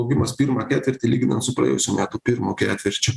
augimas pirmą ketvirtį lyginant su praėjusių metų pirmu ketvirčiu